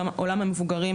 של עולם המבוגרים,